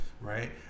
right